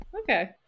Okay